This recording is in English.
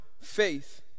faith